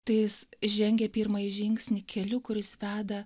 tai jis žengia pirmąjį žingsnį keliu kuris veda